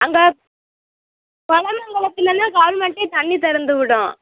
அங்கே கொலமங்கலத்துலன்னா கவர்மெண்ட்டே தண்ணி திறந்துவுடும்